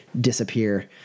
disappear